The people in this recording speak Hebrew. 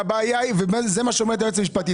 והבעיה וזה מה שאומרת היועצת המשפטית